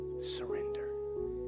surrender